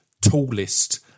tallest